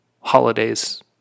holidays